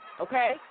okay